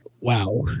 Wow